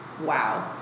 wow